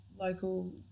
local